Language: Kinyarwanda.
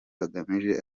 bagamije